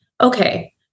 okay